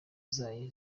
zayo